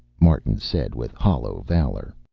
martin said with hollow valor.